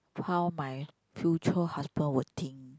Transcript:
how my future husband will think